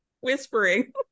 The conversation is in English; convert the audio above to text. whispering